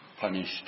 punished